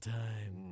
time